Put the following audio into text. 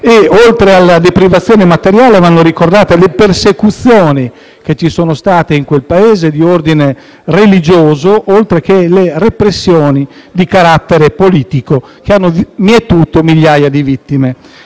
oltre alla deprivazione materiale, vanno ricordate le persecuzioni che ci sono state in quel Paese, di ordine religioso, nonché le repressioni di carattere politico che hanno mietuto migliaia di vittime.